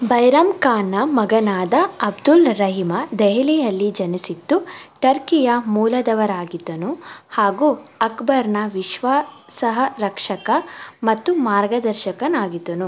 ಬೈರಾಮ್ ಖಾನ್ನ ಮಗನಾದ ಅಬ್ದುಲ್ ರಹೀಮ ದೆಹಲಿಯಲ್ಲಿ ಜನಿಸಿದ್ದು ಟರ್ಕಿಯ ಮೂಲದವರಾಗಿದ್ದನು ಹಾಗೂ ಅಕ್ಬರ್ನ ವಿಶ್ವಾಸಾರ್ಹ ರಕ್ಷಕ ಮತ್ತು ಮಾರ್ಗದರ್ಶಕನಾಗಿದ್ದನು